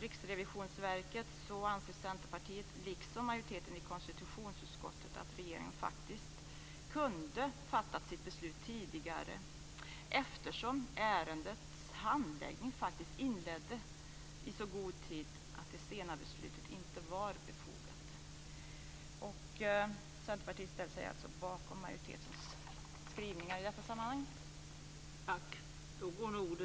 Riksrevisionsverket anser Centerpartiet liksom majoriteten i konstitutionsutskottet att regeringen faktiskt kunde ha fattat sitt beslut tidigare eftersom ärendets handläggning inleddes i så god tid att det sena beslutet inte var befogat. Centerpartiet ställer sig alltså bakom majoritetens skrivningar i detta sammanhang.